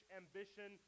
ambition